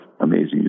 amazing